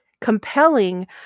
compelling